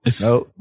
Nope